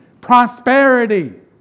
prosperity